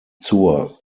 zur